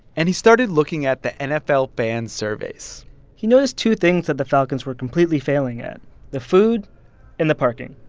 and he started looking at the nfl fan surveys he noticed two things that the falcons were completely failing at the food and the parking.